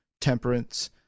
temperance